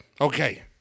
Okay